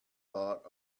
thought